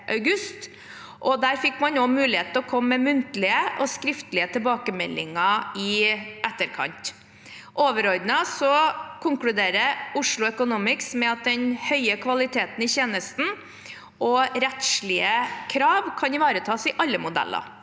man fikk også mulighet til å komme med muntlige og skriftlige tilbakemeldinger i etterkant. Overordnet konkluderer Oslo Economics med at den høye kvaliteten i tjenesten og rettslige krav kan ivaretas i alle modeller.